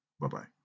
Bye-bye